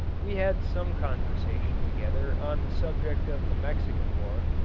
we had some conversation together on the subject of the mexican war,